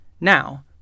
Now